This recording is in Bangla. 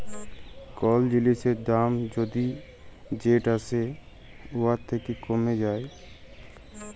কল জিলিসের দাম যদি যেট আসে উয়ার থ্যাকে কমে যায়